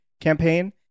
campaign